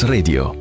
Radio